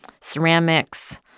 ceramics